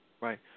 Right